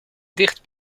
dicht